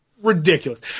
ridiculous